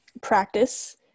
practice